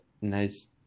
nice